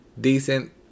Decent